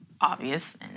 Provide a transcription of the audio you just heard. obvious